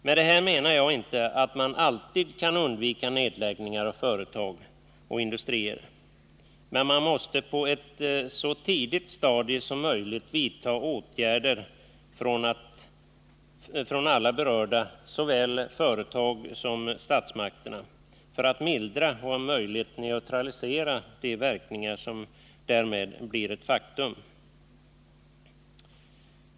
Med det här menar jag inte att man alltid kan undvika nedläggningar av företag och industrier. Men man måste på ett så tidigt stadium som möjligt vidta åtgärder från alla berörda — såväl företagen som statsmakterna — för att mildra och om möjligt neutralisera de verkningar som därmed blir ett faktum.